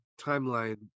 timeline